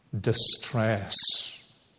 distress